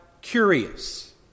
curious